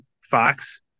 Fox